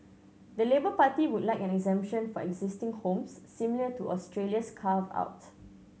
the Labour Party would like an exemption for existing homes similar to Australia's carve out